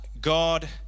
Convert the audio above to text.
God